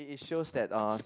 it it shows that uh